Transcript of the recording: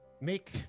make